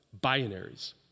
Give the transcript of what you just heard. binaries